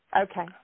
Okay